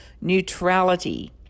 neutrality